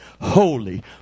holy